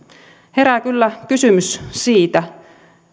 herää kyllä kysymys siitä